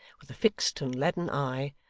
with a fixed and leaden eye,